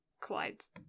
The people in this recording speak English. collides